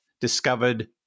discovered